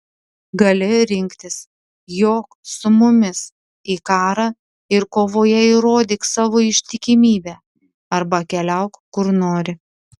gali rinktis jok su mumis į karą ir kovoje įrodyk savo ištikimybę arba keliauk kur nori